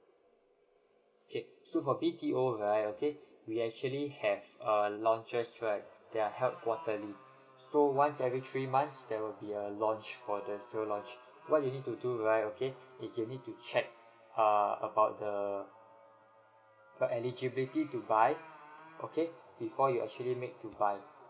okay so for B_T_O right okay we actually have err launchers right there are held quarterly so once every three months there will be a launch for the sale launch what you need to do right okay is you need to check uh about the got eligibility to buy okay before you actually make to buy